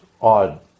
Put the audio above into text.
Odd